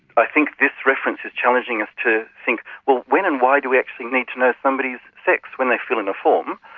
i think this reference is challenging us to think, well, when and why do we actually need to know somebody's sex? when they fill in a form,